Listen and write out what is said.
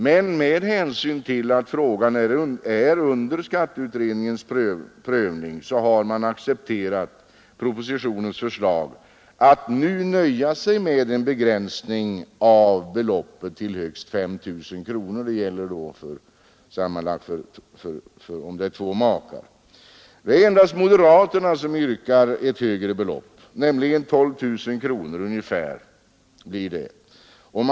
Men med hänsyn till att frågan är under skatteutredningens prövning har man accepterat propositionens förslag att nu nöja sig med en begränsning av beloppet till högst 5 000 kronor sammanlagt för två makar. Det är endast moderaterna som yrkar ett högre belopp, nämligen ungefär 12 000 kronor.